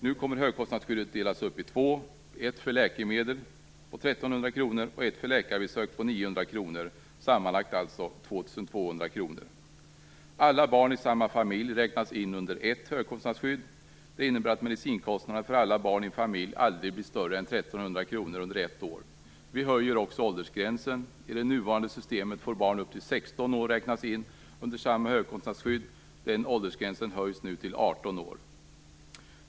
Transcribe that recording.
Nu kommer högkostnadsskyddet att delas upp i två - ett om 1 300 kr för läkemedel och ett om 900 kr för läkarbesök, sammanlagt alltså Alla barn i samma familj räknas in under ett högkostnadsskydd. Det innebär att medicinkostnaderna för alla barn i en familj aldrig blir större än 1 300 kr under ett år. Vi höjer också åldersgränsen. I det nuvarande systemet får barn upp till 16 år räknas in under samma högkostnadsskydd. Den åldersgränsen höjs nu till 18 år.